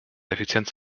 effizienz